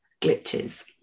glitches